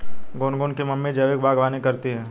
गुनगुन की मम्मी जैविक बागवानी करती है